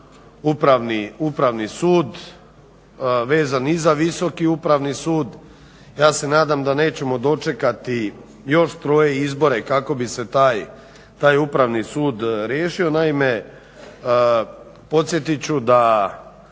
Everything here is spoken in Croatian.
upravni sud vezani i za visoki upravni sud. Ja se nadam da nećemo dočekati još troje izbore kako bi se taj upravni sud riješio. Naime, podsjetit ću da